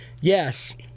Yes